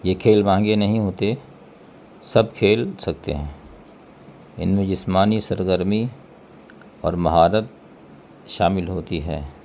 یہ کھیل مہنگے نہیں ہوتے سب کھیل سکتے ہیں ان میں جسمانی سرگرمی اور مہارت شامل ہوتی ہے